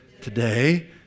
today